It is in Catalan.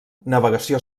navegació